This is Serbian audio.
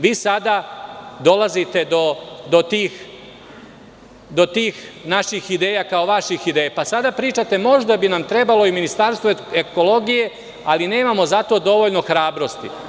Vi sada dolazite do tih naših ideja kao vaših ideja, pa sada pričate – možda bi nam trebalo i Ministarstvo ekologije, ali nemamo za to dovoljne hrabrosti.